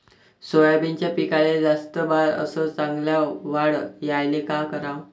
सोयाबीनच्या पिकाले जास्त बार अस चांगल्या वाढ यायले का कराव?